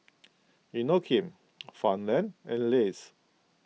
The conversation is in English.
Inokim Farmland and Lays